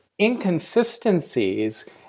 Inconsistencies